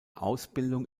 ausbildung